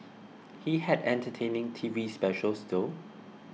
he had entertaining T V specials though